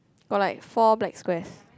got like four black squares